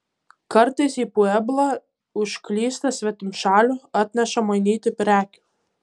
kartais į pueblą užklysta svetimšalių atneša mainyti prekių